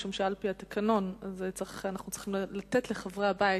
משום שעל-פי התקנון אנחנו צריכים לתת לחברי הבית,